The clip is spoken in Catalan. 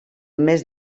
més